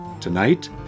Tonight